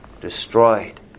destroyed